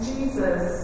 Jesus